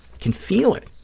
can feel it,